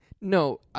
No